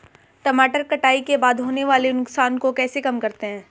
टमाटर कटाई के बाद होने वाले नुकसान को कैसे कम करते हैं?